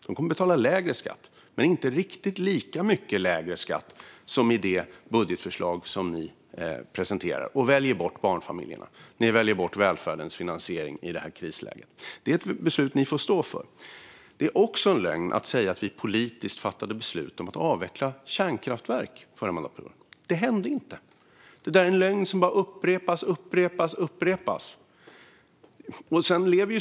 De kommer att betala lägre skatt, men inte riktigt lika mycket lägre som i det budgetförslag som ni presenterar. Ni väljer bort barnfamiljerna, och ni väljer bort välfärdens finansiering i detta krisläge. Det är ett beslut ni får stå för. Det är också en lögn att säga att vi politiskt fattade beslut om att avveckla kärnkraftverk förra mandatperioden. Det hände inte. Det är en lögn som bara upprepas och upprepas.